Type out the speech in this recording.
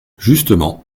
justement